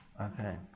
okay